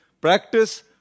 practice